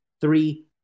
three